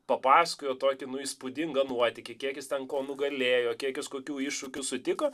papasakojo tokį įspūdingą nuotykį kiekis jis ten ko nugalėjo kiek jis kokių iššūkių sutiko